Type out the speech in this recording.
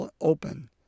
open